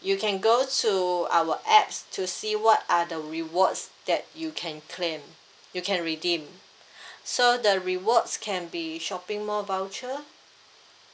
you can go to our apps to see what are the rewards that you can claim you can redeem so the rewards can be shopping mall voucher